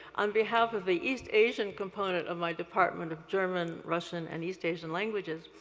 on behalf of the east asian component of my department of german, russian, and east asian languages,